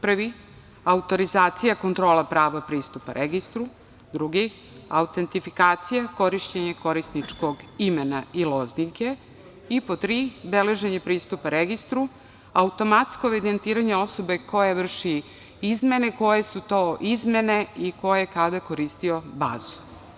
Prvi – autorizacija, kontrola prava pristupa registru; drugi – autentifikacija, korišćenje korisničkog imena i lozinke i pod tri – beleženje pristupa registru, automatsko evidentiranje osobe koja vrši izmene, koje su to izmene i ko je i kada koristio bazu.